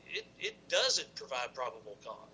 that it does it provide probable cause